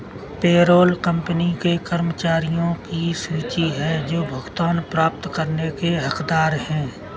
payroll company के कर्मचारियों की सूची है जो भुगतान प्राप्त करने के हकदार हैं